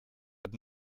but